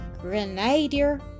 Grenadier